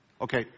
Okay